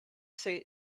say